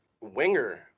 winger